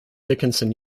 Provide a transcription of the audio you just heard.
dickinson